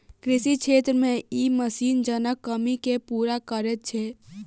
कृषि क्षेत्र मे ई मशीन जनक कमी के पूरा करैत छै